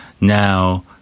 now